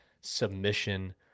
submission